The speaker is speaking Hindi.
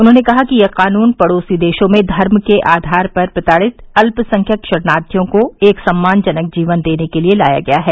उन्होंने कहा कि यह कानून पड़ोसी देशों में धर्म के आधार पर प्रताड़ित अल्पसंख्यक शरणार्थियों को एक सम्मानजनक जीवन देने के लिए लाया गया है